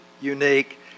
unique